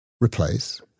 replace